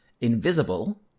invisible